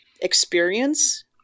experience